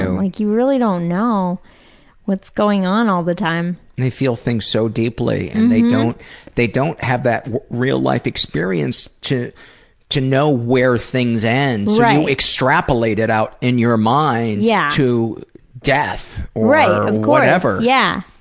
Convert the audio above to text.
like you really don't know what's going on all the time. they feel things so deeply. and they don't they don't have that real-life experience to to know where things end. so, you extrapolate it out in your mind yeah to death or whatever. yeah,